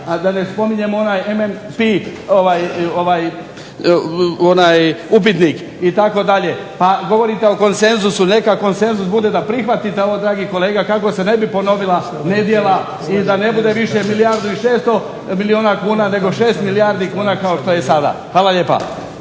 a da ne spominjem onaj MMP upitnik itd. Pa govorite o konsenzusu, neka konsenzus bude da prihvatite ovo dragi kolega kako se ne bi ponovila nedjela i da ne bude više milijardu 600 milijuna kuna nego 6 milijardi kuna kao što je i sada. Hvala lijepa.